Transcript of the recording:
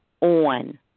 on